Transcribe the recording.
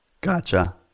Gotcha